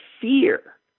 fear